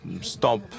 stop